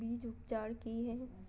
बीज उपचार कि हैय?